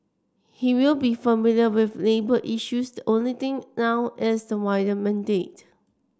he will be familiar with labour issues the only thing now is the wider mandate